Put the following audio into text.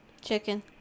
Chicken